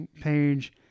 page